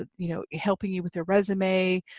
ah you know, helping you with your resume,